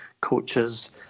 Coaches